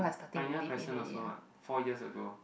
pioneer crescent also [what] four years ago